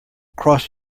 cross